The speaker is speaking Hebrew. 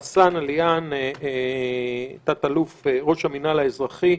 תא"ל רסאן עליאן, ראש המינהל האזרחי,